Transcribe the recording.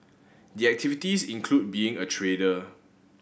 the activities include being a trader